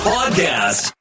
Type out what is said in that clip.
Podcast